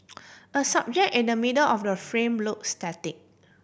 a subject in the middle of the frame looks static